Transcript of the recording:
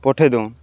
ପଠେଇ ଦଉନ୍